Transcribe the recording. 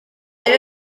neu